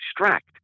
abstract